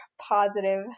positive